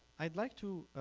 i'd like to